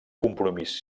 compromís